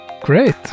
Great